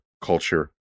culture